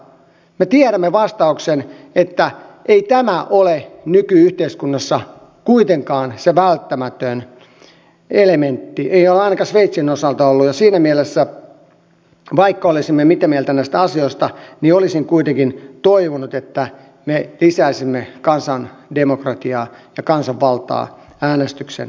me tiedämme vastauksen että ei tämä ole nyky yhteiskunnassa kuitenkaan se välttämätön elementti ei ole ainakaan sveitsin osalta ollut ja siinä mielessä vaikka olisimme mitä mieltä näistä asioista olisin kuitenkin toivonut että me lisäisimme kansandemokratiaa ja kansanvaltaa äänestyksen keinoin